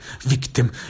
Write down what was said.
victim